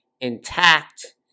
intact